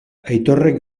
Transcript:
aitorrek